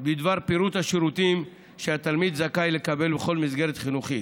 בדבר פירוט השירותים שהתלמיד זכאי לקבל בכל מסגרת חינוכית.